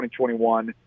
2021